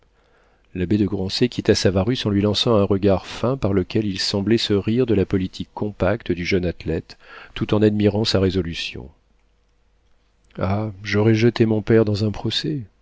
l'abbé de grancey quitta savarus en lui lançant un regard fin par lequel il semblait se rire de la politique compacte du jeune athlète tout en admirant sa résolution ah j'aurai jeté mon père dans un procès